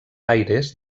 aires